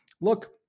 look